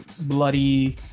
bloody